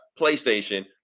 playstation